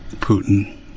Putin